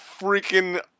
freaking